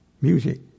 music